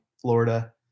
Florida